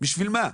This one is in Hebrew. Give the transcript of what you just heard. בשביל מה?